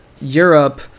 europe